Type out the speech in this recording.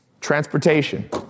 Transportation